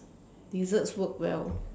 desserts work well